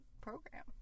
program